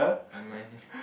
never mind